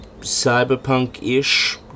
cyberpunk-ish